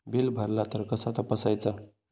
Bill भरला तर कसा तपसायचा?